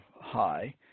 high